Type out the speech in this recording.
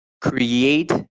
create